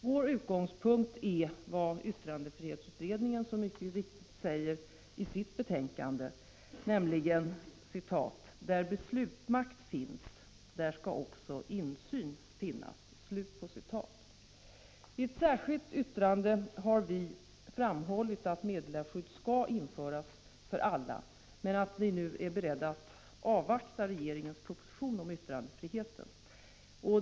Vår utgångspunkt är vad yttrandefrihetsutredningen så riktigt säger i sitt betänkande: ”Där beslutmakt finns, där skall också insyn finnas.” I ett särskilt yttrande har vi framhållit att meddelarskydd skall införas för alla men att vi nu är beredda att avvakta regeringens proposition om yttrandefriheten.